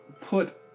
put